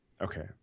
Okay